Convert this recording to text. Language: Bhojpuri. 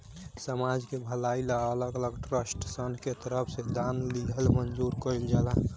समाज के भलाई ला अलग अलग ट्रस्टसन के तरफ से दान लिहल मंजूर कइल जाला